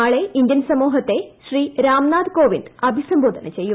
നാളെ ഇന്ത്യൻ സമൂഹത്തെ ശ്രീ രാംനാഥ് ക്കോഷിന്ദ് അഭിസംബോധന ചെയ്യും